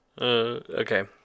Okay